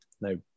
no